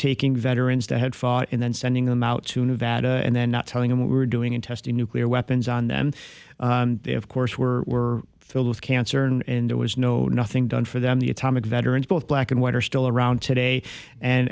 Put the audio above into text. taking veterans that had fought and then sending them out to nevada and then not telling them what we were doing and testing nuclear weapons on them of course were filled with cancer and there was no nothing done for them the atomic veterans both black and white are still around today and